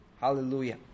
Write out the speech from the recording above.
Hallelujah